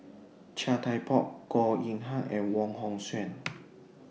Chia Thye Poh Goh Yihan and Wong Hong Suen